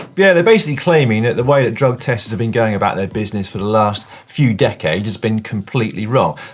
yeah, they're basically claiming that the way that drug testers have been going about their business for the last few decades has been completely wrong.